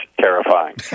terrifying